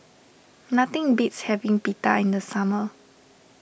nothing beats having Pita in the summer